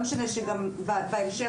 בהמשך,